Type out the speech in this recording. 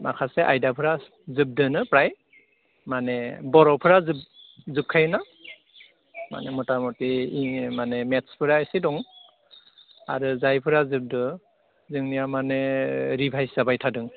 माखासे आयदाफोरा जोबदोआनो फ्राय माने बर'फोरा जोबखायो न' माने मथामथि माने मेथ्सफ्रा एसे दं आरो जायफोरा जोबदो जोंनिया माने रिभाइस जाबाय थादों